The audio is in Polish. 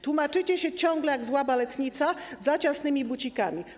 Tłumaczycie się ciągle jak zła baletnica za ciasnymi bucikami.